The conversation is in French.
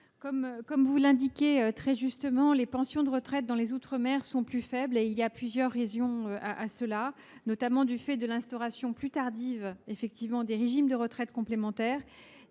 comme vous l’indiquez très justement, les pensions de retraite dans les outre mer sont plus faibles que dans l’Hexagone. Il y a plusieurs raisons à cela, notamment l’instauration plus tardive des régimes de retraite complémentaires,